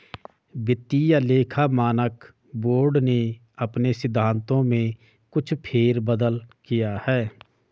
वित्तीय लेखा मानक बोर्ड ने अपने सिद्धांतों में कुछ फेर बदल किया है